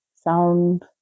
Sound